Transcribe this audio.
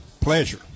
pleasure